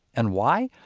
and why?